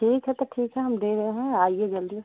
ठीक है तो ठीक है हम दे रहे हैं आइए जल्दी